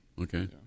Okay